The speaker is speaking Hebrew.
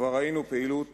וכבר ראינו פעילות